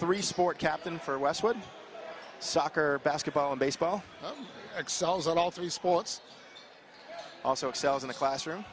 three support captain for westwood soccer basketball baseball excels at all three sports also excel in the classroom